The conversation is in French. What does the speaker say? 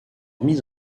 mise